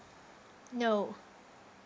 no